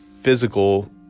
physical